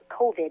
COVID